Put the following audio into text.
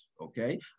okay